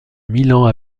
milan